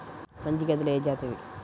మంచి గేదెలు ఏ జాతివి?